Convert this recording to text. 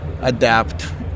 adapt